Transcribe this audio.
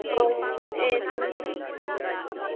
ꯍꯣꯏ ꯑꯦ ꯊꯝꯃꯒꯦ